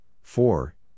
Four